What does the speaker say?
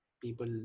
people